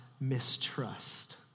mistrust